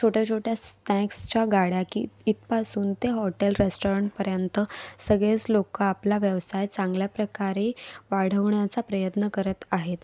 छोट्याछोट्या स्नॅक्सच्या गाड्या की इथपासून ते हॉटेल रेस्टोरेंटपर्यंत सगळेच लोक आपला व्यवसाय चांगल्या प्रकारे वाढवण्याचा प्रयत्न करत आहेत